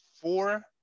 four